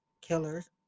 killers